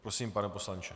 Prosím, pane poslanče.